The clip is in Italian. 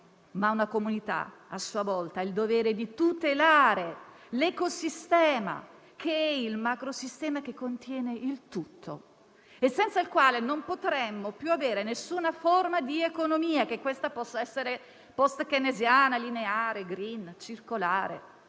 ma una comunità, a sua volta, ha il dovere di tutelare l'ecosistema, che è il macrosistema che contiene il tutto e senza il quale non potremmo più avere nessuna forma di economia, sia essa post-keynesiana, lineare, *green*, circolare,